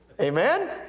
Amen